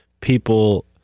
people